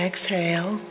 Exhale